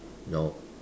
no